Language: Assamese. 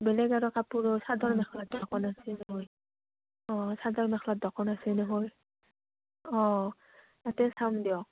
বেলেগ আৰু কাপোৰো চাদৰ মেখেলাও চাব লাগছিল নহয় অঁ চাদৰ মেখেলত দকান আছে নহয় অঁ ততে চাম দিয়ক